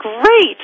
great